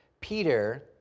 Peter